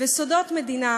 וסודות מדינה,